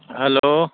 hello